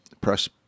press